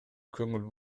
көңүл